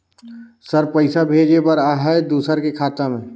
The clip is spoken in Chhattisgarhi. सर पइसा भेजे बर आहाय दुसर के खाता मे?